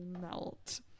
melt